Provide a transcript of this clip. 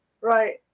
Right